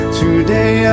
today